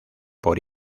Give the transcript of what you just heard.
por